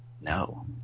No